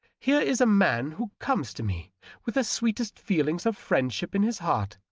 here is a man who comes to me with the sweetest feelings of friendship in his heart,